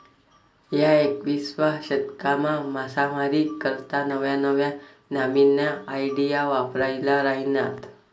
ह्या एकविसावा शतकमा मासामारी करता नव्या नव्या न्यामीन्या आयडिया वापरायी राहिन्यात